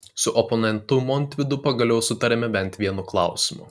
su oponentu montvydu pagaliau sutarėme bent vienu klausimu